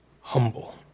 humble